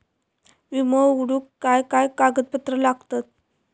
विमो उघडूक काय काय कागदपत्र लागतत?